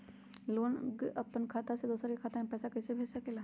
लोग अपन खाता से दोसर के खाता में पैसा कइसे भेज सकेला?